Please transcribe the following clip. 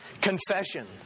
confession